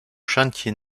chantier